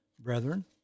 Brethren